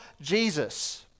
Jesus